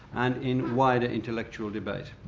and in wider intellectual debate.